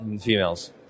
females